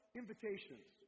invitations